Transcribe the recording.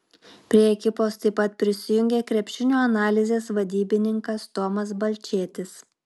prie ekipos taip pat prisijungė krepšinio analizės vadybininkas tomas balčėtis